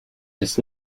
its